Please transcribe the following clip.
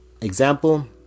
example